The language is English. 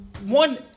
One